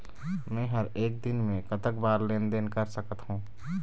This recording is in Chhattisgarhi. मे हर एक दिन मे कतक बार लेन देन कर सकत हों?